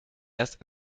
erst